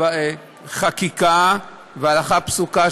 חקיקה והלכה פסוקה,